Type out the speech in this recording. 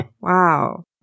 wow